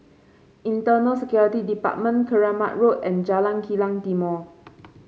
Internal Security Department Keramat Road and Jalan Kilang Timor